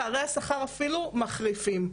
פערי השכר אפילו מחריפים.